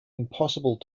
impossible